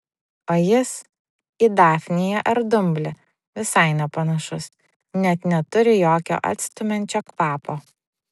o jis į dafniją ar dumblį visai nepanašus net neturi jokio atstumiančio kvapo